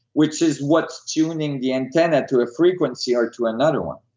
which is what's tuning the antenna to a frequency or to another one